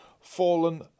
Fallen